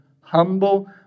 humble